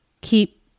keep